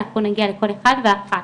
ואנחנו נגיע לכל אחד ואחת.